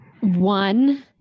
one